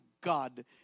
God